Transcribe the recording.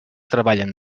treballen